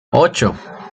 ocho